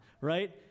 right